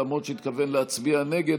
למרות שהתכוון להצביע נגד,